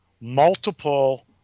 multiple